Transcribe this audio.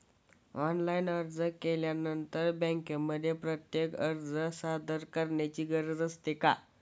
Online अर्ज केल्यानंतर बँकेमध्ये प्रत्यक्ष अर्ज सादर करायची गरज असते का?